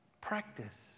practice